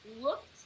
looked